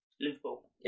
Liverpool